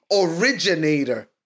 originator